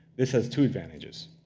this has two advantages.